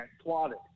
plotted